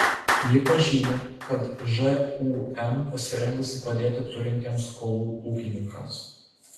ji pažymi kad žūm pasirengusi padėti turintiems skolų ūkininkams